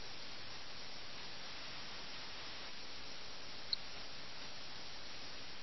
ദൂതൻ വീണ്ടും വന്നാൽ യജമാനൻ വീട്ടിലില്ലെന്ന് അറിയുമെന്നും ദൂതൻ വെറുംകൈയോടെ മടങ്ങുമെന്നും അവർ കരുതുന്നു